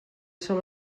sol